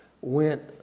went